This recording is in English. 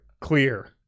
Clear